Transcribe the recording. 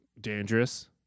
dangerous